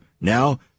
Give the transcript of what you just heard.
now